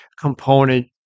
component